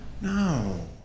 No